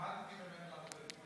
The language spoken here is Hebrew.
למדתי ממנו הרבה.